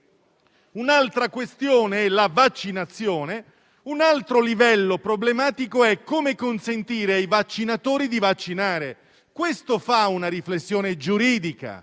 un'altra questione è la vaccinazione; un altro livello problematico è come consentire ai vaccinatori di vaccinare. Questo fa una riflessione giuridica,